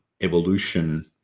evolution